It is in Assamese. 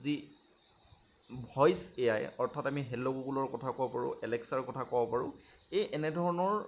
যি ভইচ এ আই অৰ্থাৎ আমি হেল্ল' গুগুলৰ কথা ক'ব পাৰোঁ এলেক্সাৰ কথা ক'ব পাৰোঁ এই এনে ধৰণৰ